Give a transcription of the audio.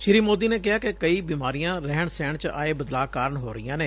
ਸ੍ਰੀ ਮੋਦੀ ਨੇ ਕਿਹਾ ਕਿ ਕਈ ਬਿਮਾਰੀਆਂ ਰਹਿਣ ਸਹਿਣ ਚ ਆਏ ਬਦਲਾਅ ਕਾਰਨ ਹੋ ਰਹੀਆਂ ਨੇ